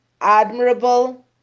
admirable